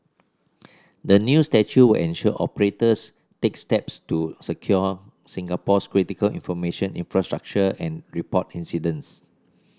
the new statute ensure operators take steps to secure Singapore's critical information infrastructure and report incidents